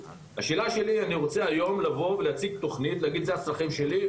השאלה שלי היא אם אני רוצה לבוא להציג תוכנית ולהראות את הצרכים שלי,